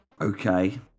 Okay